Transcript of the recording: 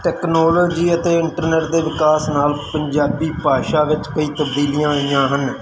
technology ਅਤੇ internet ਦੇ ਵਿਕਾਸ ਨਾਲ ਪੰਜਾਬੀ ਭਾਸ਼ਾ ਵਿੱਚ ਕਈ ਤਬਦੀਲੀਆਂ ਆਈਆਂ ਹਨ